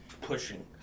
pushing